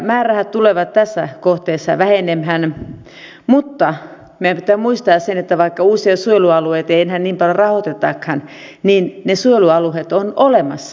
määrärahat tulevat tässä kohteessa vähenemään mutta meidän pitää muista se että vaikka uusia suojelualueita ei enää niin paljon rahoitetakaan niin ne suojelualueet ovat olemassa